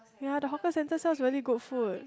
ya the hawker centre sells really good food